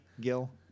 Gil